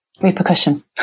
repercussion